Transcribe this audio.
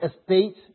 estate